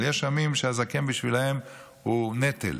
אבל יש עמים שהזקן בשבילם הוא נטל.